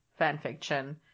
fanfiction